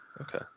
okay